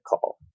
call